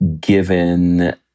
given